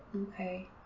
Okay